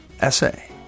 essay